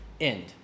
End